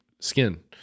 skin